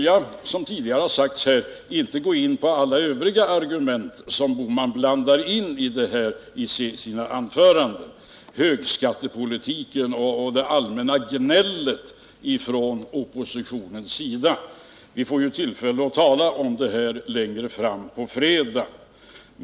Jag skall inte gå in på alla övriga argument som herr Bohman blandar in i sina anföranden — högskattepolitiken och det allmänna gnället från oppositionens sida, som herr Bohman uttrycker det. Vi får tillfälle att tala om det på fredag.